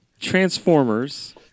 Transformers